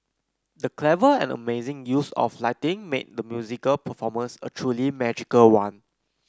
the clever and amazing use of lighting made the musical performance a truly magical one